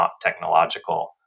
technological